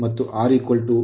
05 ಮತ್ತು R 0